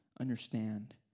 understand